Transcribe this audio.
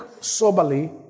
soberly